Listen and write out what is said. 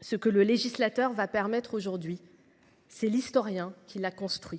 Ce que le législateur va permettre aujourd'hui. C'est l'historien qui l'a construit.